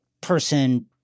person